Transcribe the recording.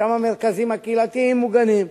שם המרכזים הקהילתיים מוגנים,